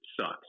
sucks